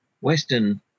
Western